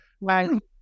Right